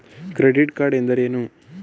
Credit card ಎಂದರೇನು?